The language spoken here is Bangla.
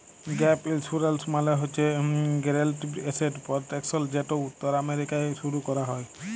গ্যাপ ইলসুরেলস মালে হছে গ্যারেলটিড এসেট পরটেকশল যেট উত্তর আমেরিকায় শুরু ক্যরা হ্যয়